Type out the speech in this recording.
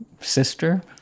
sister